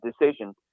decision